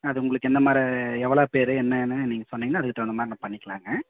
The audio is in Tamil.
அது உங்களுக்கு என்ன மாதிரி எவ்வளோ பேரு என்னென்னு நீங்கள் சொன்னீங்கனால் அதுக்குத் தகுந்த மாதிரி நம்ம பண்ணிக்கலாங்க